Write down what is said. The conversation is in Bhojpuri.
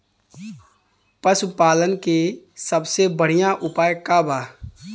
पशु पालन के सबसे बढ़ियां उपाय का बा?